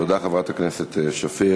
תודה, חברת הכנסת שפיר.